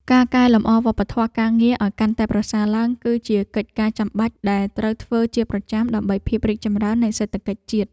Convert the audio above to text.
ការកែលម្អវប្បធម៌ការងារឱ្យកាន់តែប្រសើរឡើង គឺជាកិច្ចការចាំបាច់ដែលត្រូវធ្វើជាប្រចាំដើម្បីភាពរីកចម្រើននៃសេដ្ឋកិច្ចជាតិ។